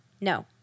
no